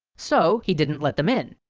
so he didn't let them in.